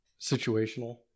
situational